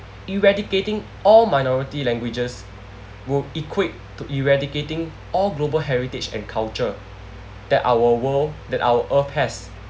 eradicating all minority languages will equate to eradicating all global heritage and culture that our world that our earth has